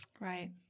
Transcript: right